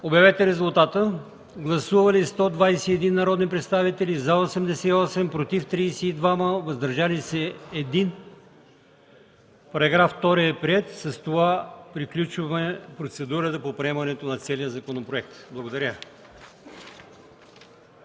на комисията. Гласували 121 народни представители: за 88, против 32, въздържал се 1. Параграф 2 е приет. С това приключваме процедурата по приемането на целия Законопроект за